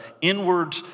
inward